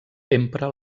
empra